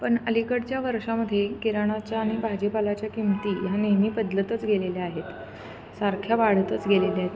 पण अलीकडच्या वर्षामध्ये किराणाच्या आणि भाजीपाल्याच्या किमती ह्या नेहमी बदलतच गेलेल्या आहेत सारख्या वाढतच गेलेल्या आहेत